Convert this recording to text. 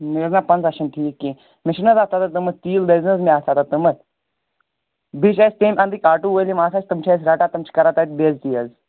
نہ حٲز نہ پَنٛژاہ چھَنہٕ ٹھیٖک کیٚنٛہہ مےٚ چھِنہٕ حٲز تَتَھ تامَتھ تیٖل دَزان حٲز مےٚ اَتھ تَتَھ تامَتھ بیٚیہِ چھِ اَسہِ تمہِ اَندٕک آٹو وٲلۍ یِم آسان چھِ تُِم چھِ اَسہِ رَٹان تِم چھِ تَتہِ کَران بع عزتی حٲز